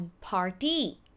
party